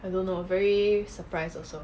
I don't know very surprise also